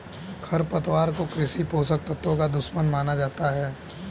खरपतवार को कृषि पोषक तत्वों का दुश्मन माना जाता है